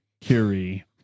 Curie